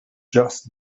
just